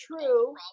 true